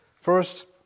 First